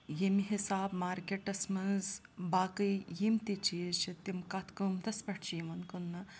ییٚمہِ حِساب مارکٮ۪ٹَس منٛز باقٕے یِم تہِ چیٖز چھِ تِم کَتھ قۭمتَس پٮ۪ٹھ چھِ یِوان کٕنٛنہٕ